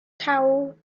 towel